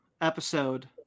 episode